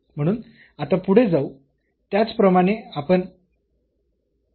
म्हणून आता पुढे जाऊ त्याचप्रमाणे आपण काय करू शकतो